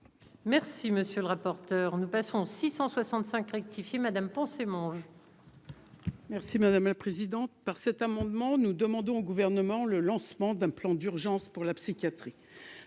Merci, monsieur le rapporteur, nous passons 665 rectifié madame mon. Merci madame la présidente par cet amendement, nous demandons au gouvernement, le lancement d'un plan d'urgence pour la psychiatrie